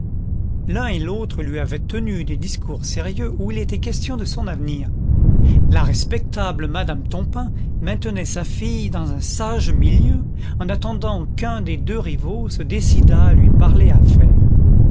l'un et l'autre lui avaient tenu des discours sérieux où il était question de son avenir la respectable madame tompain maintenait sa fille dans un sage mi lieu en attendant qu'un des deux rivaux se décidât à lui parler